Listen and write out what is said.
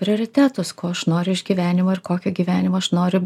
prioritetus ko aš noriu iš gyvenimo ir kokio gyvenimo aš noriu